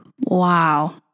Wow